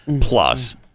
Plus